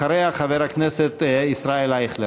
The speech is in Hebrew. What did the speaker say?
אחריה, חבר הכנסת ישראל אייכלר.